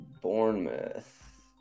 Bournemouth